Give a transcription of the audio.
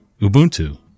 Ubuntu